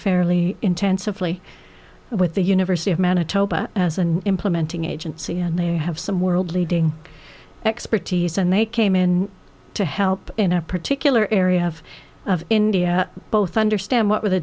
fairly intensively with the university of manitoba as and implementing agency and they have some world leading expertise and they came in to help in a particular area of india both understand what with the